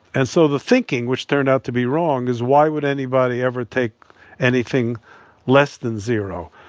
and so the thinking, which turned out to be wrong, is why would anybody ever take anything less than zero?